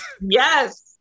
Yes